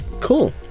Cool